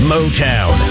Motown